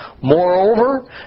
moreover